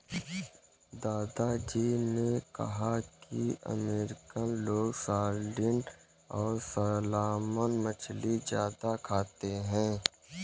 दादा जी ने कहा कि अमेरिकन लोग सार्डिन और सालमन मछली ज्यादा खाते हैं